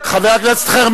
חבר הכנסת אחמד טיבי.